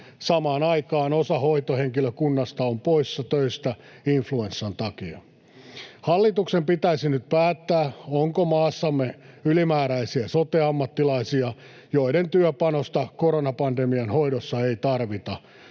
Samaan aikaan osa hoitohenkilökunnasta on poissa töistä influenssan takia. Hallituksen pitäisi nyt päättää, onko maassamme ylimääräisiä sote-ammattilaisia, joiden työpanosta koronapandemian hoidossa ei tarvita,